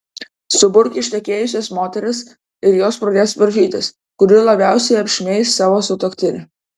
suburk ištekėjusias moteris ir jos pradės varžytis kuri labiausiai apšmeiš savo sutuoktinį